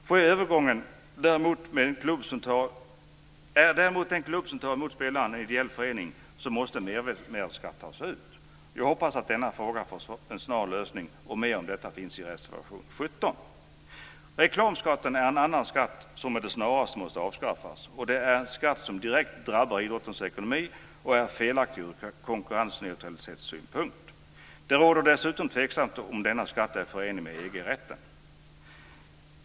Är däremot den klubb som tar emot spelaren en ideell förening måste mervärdesskatt tas ut. Jag hoppas att denna fråga får en snar lösning. Mer om detta finns i reservation 17. Reklamskatten är en annan skatt som med det snaraste måste avskaffas. Det är en skatt som direkt drabbar idrottens ekonomi och är felaktig ur konkurrensneutralitetssynpunkt. Det råder dessutom tveksamhet om denna skatt är förenlig med EG-rätten.